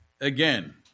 again